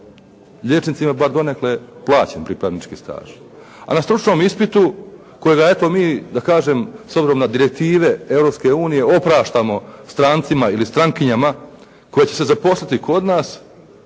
Liječnicima je bar donekle plaćen pripravnički staž. A na stručnom ispitu kojega eto mi da kažem s obzirom na direktive Europske unije opraštamo strancima ili strankinjama koje će se zaposliti kod nas,